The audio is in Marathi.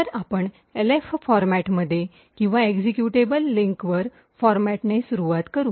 तर आपण एल्फ फॉरमॅट किंवा एक्झिक्यूटेबल लिंकर फॉरमॅट ने सुरूवात करू